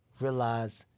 realize